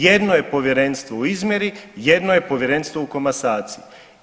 Jedno je povjerenstvo u izmjeri, jedno je povjerenstvo u komasaciju.